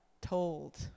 told